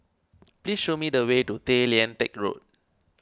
please show me the way to Tay Lian Teck Road